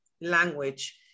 language